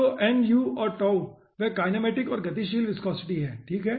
तो nu और 𝛕 वे काइनेमेटिक और गतिशील विस्कोसिटी है ठीक हैं